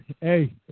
Hey